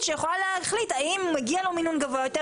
שיכולה להחליט האם מגיע לו מינון גבוה יותר,